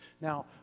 now